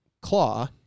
claw